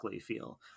feel